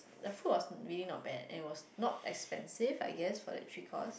the food was really not bad and it was not expensive I guess for that trip cost